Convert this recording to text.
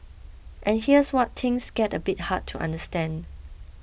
and here's where things get a bit hard to understand